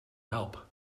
help